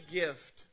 gift